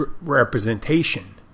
representation